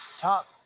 top